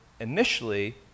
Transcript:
initially